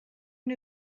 new